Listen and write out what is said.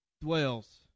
dwells